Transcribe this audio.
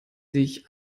sich